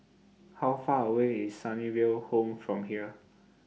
How Far away IS Sunnyville Home from here